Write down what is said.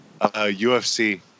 UFC